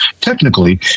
technically